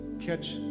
catch